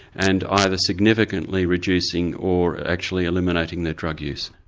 and either significantly reducing or actually eliminating their drug use.